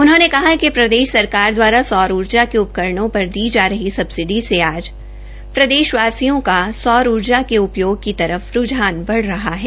उन्होंने कहा कि प्रदेश सरकार द्वारा सौर ऊर्जा के उपकरणों पर दी जा रही सब्सिडी से आज प्रदेशवासियों का सौर ऊर्जा के उपयोग की तरफ रुझान बढ़ रहा है